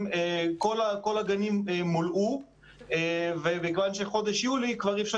שכל הגנים התמלאו מכיוון שבחודש יולי אין אפשרות